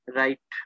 right